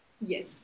Yes